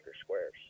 squares